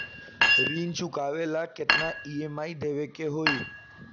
ऋण चुकावेला केतना ई.एम.आई देवेके होई?